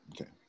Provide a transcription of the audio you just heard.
Okay